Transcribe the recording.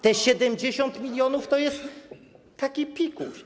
Te 70 mln to jest taki pikuś.